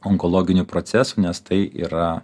onkologinių procesų nes tai yra